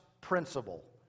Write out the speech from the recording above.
principle